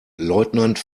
leutnant